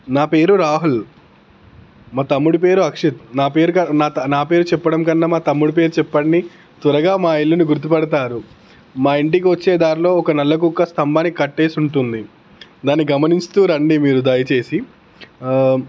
నా పేరు రాహుల్ మా తమ్ముడు పేరు అక్షిత్ నా పేరు కన్నా నా పేరు చెప్పడం కన్నా మా తమ్ముడు పేరు చెప్పండి త్వరగా మా ఇల్లుని గుర్తు ప డుతారు మా ఇంటికి వచ్చే దారిలోర్లో ఒక నల్ల కుక్క స్తంభానికి కట్టేసి ఉంటుంది దాన్ని గమనిస్తూ రండి మీరు దయచేసి